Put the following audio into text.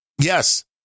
Yes